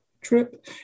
Trip